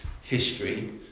history